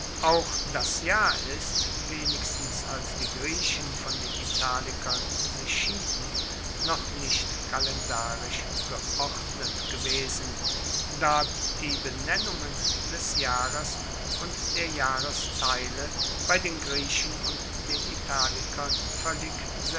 auch das jahr ist wenigstens als die griechen von den italikern sich schieden noch nicht kalendarisch geordnet gewesen da die benennungen des jahres und der jahresteile bei den griechen und den italikern voellig